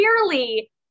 clearly